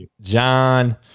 John